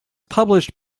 published